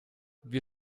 wir